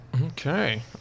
Okay